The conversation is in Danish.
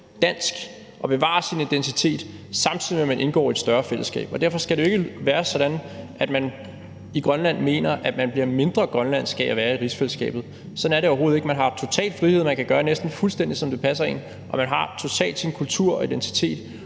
dansk og bevare sin identitet, samtidig med at man indgår i et større fællesskab, og derfor skal det jo ikke være sådan, at man i Grønland mener, at man bliver mindre grønlandsk af at være i rigsfællesskabet. Sådan er det overhovedet ikke. Man har jo total frihed, og man kan gøre næsten fuldstændig, som det passer en, og man har totalt sin kultur og identitet